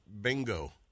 bingo